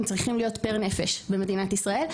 צריכים להיות במדינת ישראל פר נפש,